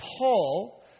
Paul